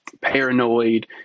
paranoid